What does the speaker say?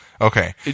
Okay